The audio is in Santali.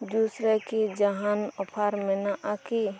ᱡᱩᱥ ᱨᱮᱠᱤ ᱡᱟᱦᱟᱱ ᱚᱯᱷᱟᱨ ᱢᱮᱱᱟᱜᱼᱟ ᱠᱤ